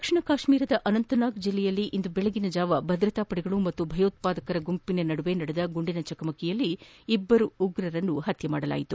ದಕ್ಷಿಣ ಕಾಶ್ನೀರದ ಅನಂತನಾಗ್ ಜಿಲ್ಲೆಯಲ್ಲಿ ಇಂದು ಬೆಳಗಿನಜಾವ ಭದ್ರತಾ ಪಡೆಗಳು ಮತ್ತು ಭಯೋತ್ವಾದಕರ ನಡುವೆ ನಡೆದ ಗುಂಡಿನ ಚಕಮಕಿಯಲ್ಲಿ ಇಬ್ಲರು ಉಗ್ರರನ್ನು ಪತ್ನೆ ಮಾಡಲಾಗಿದೆ